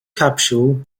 capsule